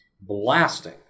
blasting